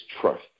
trust